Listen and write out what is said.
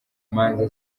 manza